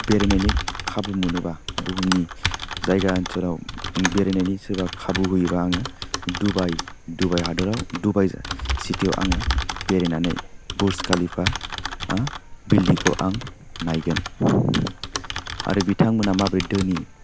बेरायनायनि खाबु मोनोबा बुहुमनि जायगा ओनसोलाव बेरायनायनि सोरबा खाबु होयोबा आङो डुबाय डुबाय हादोराव डुबाय चुटुयाव आङो बेरायनानै बुर्स कालिपा बिल्डिंखौ आं नायगोन आरो बिथांमोना माब्रै धोनि